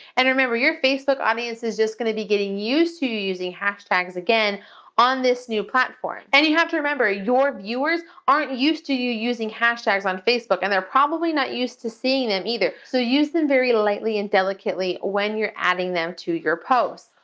and remember, your facebook audience is just gonna be getting used to you using hashtags again on this new platform, and you have to remember, your viewers aren't used to you using hashtags on facebook and they're probably not used to seeing them either. so use them very lightly and delicately when you're adding them to your posts.